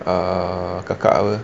uh kakak ke